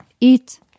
Eat